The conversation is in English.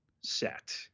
set